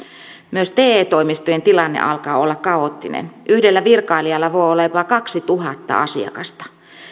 myös te toimistojen tilanne alkaa olla kaoottinen yhdellä virkailijalla voi olla jopa kaksituhatta asiakasta